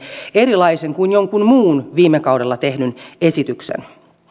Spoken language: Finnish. erilaisen kuin jonkun muun viime kaudella tehdyn esityksen